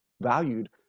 valued